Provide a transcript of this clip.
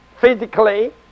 physically